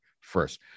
first